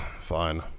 fine